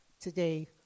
today